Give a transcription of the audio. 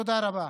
תודה רבה.